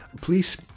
please